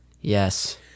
Yes